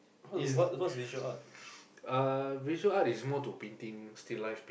is uh visual art is more to painting still life